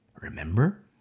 Remember